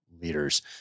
leaders